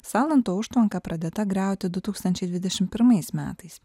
salanto užtvanka pradėta griauti du tūkstančiai dvidešim pirmais metais